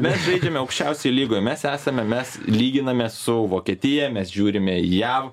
mes veikiame aukščiausioje lygoj mes esame mes lyginamės su vokietija mes žiūrime į jav